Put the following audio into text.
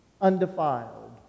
undefiled